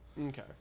Okay